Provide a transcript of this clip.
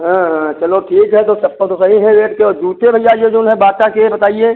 हाँ हाँ चलो ठीक है तो चप्पल तो सही हैं रेट के और जूते भैया ये जो है बाटा के बताइए